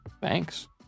thanks